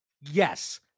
yes